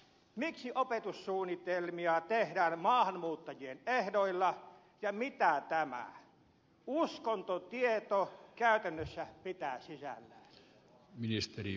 miksi opetussuunnitelmia tehdään maahanmuuttajien ehdoilla ja mitä tämä uskontotieto käytännössä pitää sisällään